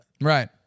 Right